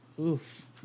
Oof